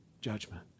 judgment